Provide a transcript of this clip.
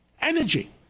energy